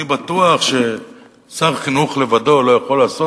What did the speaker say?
אני בטוח ששר חינוך לבדו לא יכול לעשות